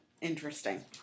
interesting